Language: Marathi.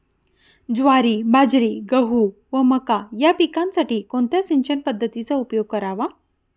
ज्वारी, बाजरी, गहू व मका या पिकांसाठी कोणत्या सिंचन पद्धतीचा उपयोग करावा?